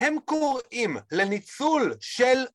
‫הם קוראים לניצול של...